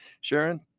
Sharon